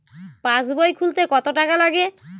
পাশবই খুলতে কতো টাকা লাগে?